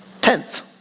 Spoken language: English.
Tenth